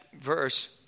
verse